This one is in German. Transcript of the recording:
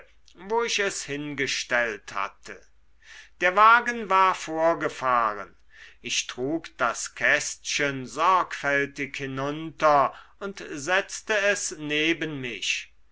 wo ich es hingestellt hatte der wagen war vorgefahren ich trug das kästchen sorgfältig hinunter und setzte es neben mich